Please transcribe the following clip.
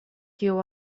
kiu